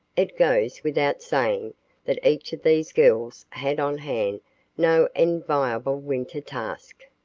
it goes without saying that each of these girls had on hand no enviable winter task.